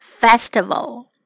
Festival